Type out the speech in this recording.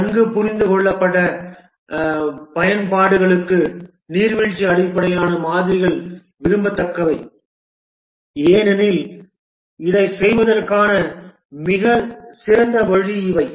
நன்கு புரிந்துகொள்ளப்பட்ட பயன்பாடுகளுக்கு நீர்வீழ்ச்சி அடிப்படையிலான மாதிரிகள் விரும்பத்தக்கவை ஏனெனில் இதைச் செய்வதற்கான மிகச் சிறந்த வழி இவை